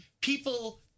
people